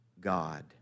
God